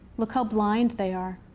look how blind they are.